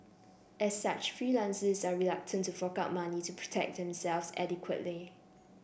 as such freelancers are reluctant to fork out money to protect themselves adequately